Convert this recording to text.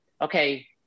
okay